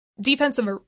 defensive